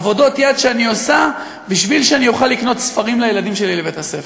עבודות יד שאני עושה בשביל שאני אוכל לקנות ספרים לילדים שלי לבית-הספר.